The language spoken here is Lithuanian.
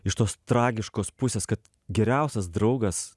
iš tos tragiškos pusės kad geriausias draugas